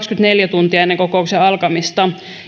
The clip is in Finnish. tuntia ennen kokouksen alkamista